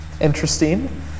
interesting